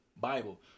Bible